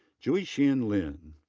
jui-hsien lin.